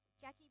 Jackie